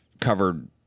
covered